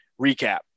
recap